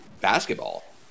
basketball